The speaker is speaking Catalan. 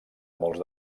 molts